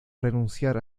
renunciar